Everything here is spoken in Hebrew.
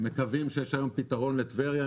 אנחנו מקווים שיש היום פתרון לטבריה.